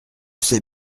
sais